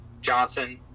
Johnson